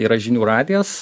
yra žinių radijas